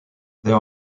there